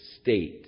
state